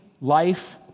life